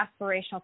aspirational